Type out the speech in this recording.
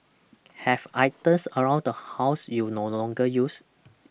have items around the house you no longer use